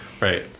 Right